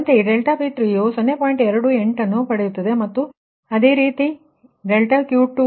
28 ಅನ್ನು ಪಡೆಯುತ್ತದೆ ಮತ್ತು ಅದೇ ರೀತಿ ∆Q2 ಯು 0